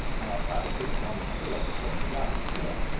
an' i'll try to put you on the trail for some jobber's camp.